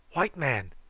white man,